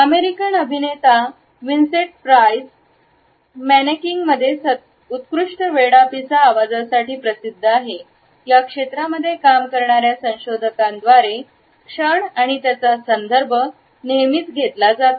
American अभिनेता Vincent Price मेनॅकिंगमध्ये उत्कृष्ट वेडापिसा आवाजासाठी प्रसिद्ध आहे या क्षेत्रामध्ये काम करणार्या संशोधकांद्वारे क्षण आणि त्याचा संदर्भ नेहमीच घेतला जातो